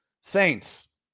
saints